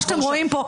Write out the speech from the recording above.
מה שאתם רואים פה,